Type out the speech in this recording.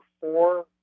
four